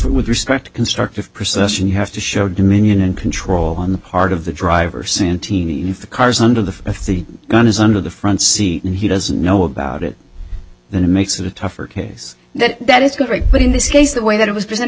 with respect to constructive perception you have to show dominion and control on the part of the driver santini in the cars under the if the gun is under the front seat and he doesn't know about it then it makes it a tougher case that that is correct but in this case the way that it was